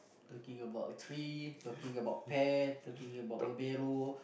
talking about a tree talking about pear talking about pomelo